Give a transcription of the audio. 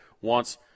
wants